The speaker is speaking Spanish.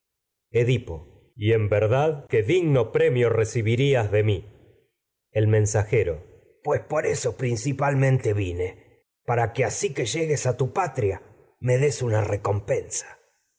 ese y en miedo recibirías edipo verdad que digno premio de mi el mensajero pues por eso principalmente vine para que asi que llegues a tu patria me des una